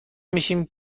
میشیم